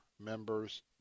members